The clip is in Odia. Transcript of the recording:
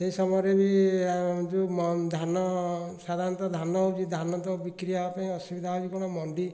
ସେହି ସମୟରେ ବି ଯେଉଁ ମ ଧାନ ସଧାରଣତଃ ଧାନ ହେଉଛି ଧାନ ତ ବିକ୍ରି ହବା ପାଇଁ ଅସୁବିଧା ହେଉଛି କ'ଣ ମଣ୍ଡି